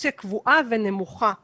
כפרופורציה קבועה ונמוכה בסך-הכול.